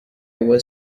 was